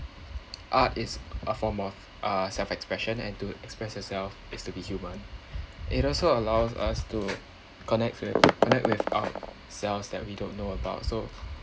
art is a form uh self expression and to express yourself is to be human it also allows us to connect with connect with ourselves that we don't know about so